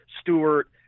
Stewart